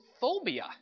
phobia